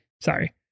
Sorry